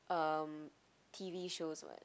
um t_v shows [what]